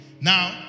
Now